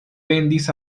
vendis